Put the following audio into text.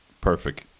Perfect